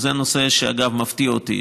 וזה נושא שאגב מפתיע אותי.